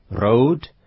road